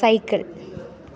cycle